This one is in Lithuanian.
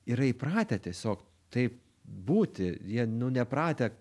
yra įpratę tiesiog taip būti jie nu nepratę